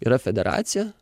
yra federacija